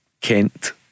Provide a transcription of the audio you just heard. Kent